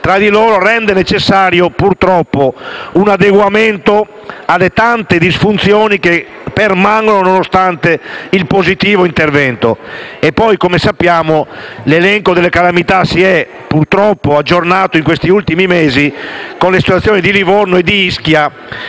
tra di loro, rende purtroppo necessario un adeguamento, in ragione delle tante disfunzioni che permangono, nonostante il positivo intervento. Come poi sappiamo, l'elenco delle calamità si è purtroppo aggiornato in questi ultimi mesi, con la situazione di Livorno e di Ischia,